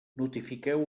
notifiqueu